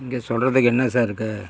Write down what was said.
இங்கே சொல்கிறதுக்கு என்ன சார் இருக்குது